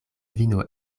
vino